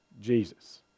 Jesus